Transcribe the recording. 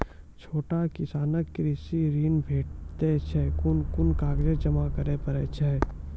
छोट किसानक कृषि ॠण भेटै छै? कून कून कागज जमा करे पड़े छै?